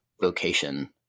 vocation